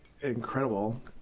incredible